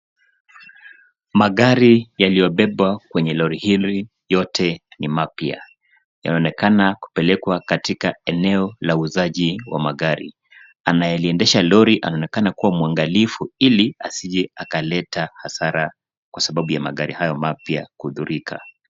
Magari yaliyobebwa kwenye lori hili yote ni mapya. Yanaonekana kupelekwa katika eneo la uuzaji wa magari. Anayeliendesha lori anaonekana kua mwangalifu, ili asiye akaleta hasara kwa sababu ya magari hayo mapya kudhurika.